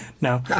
No